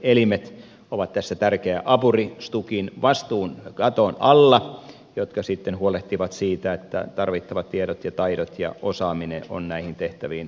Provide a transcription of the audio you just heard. pätevöintielimet ovat tässä stukin vastuun katon alla tärkeät apurit jotka sitten huolehtivat siitä että tarvittavat tiedot ja taidot ja osaaminen näihin tehtäviin ovat olemassa